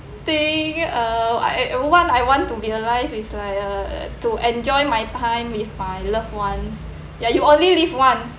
thing uh I want I want to be alive is like uh to enjoy my time with my loved ones ya you only live once